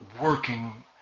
working